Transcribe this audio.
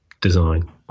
design